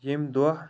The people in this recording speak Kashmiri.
ییٚمہِ دۄہ